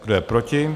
Kdo je proti?